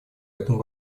этому